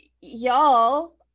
y'all